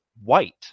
white